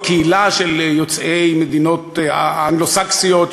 הקהילה של יוצאי המדינות האנגלו-סקסיות,